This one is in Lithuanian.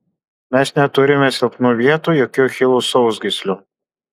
mes neturime silpnų vietų jokių achilo sausgyslių